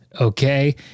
Okay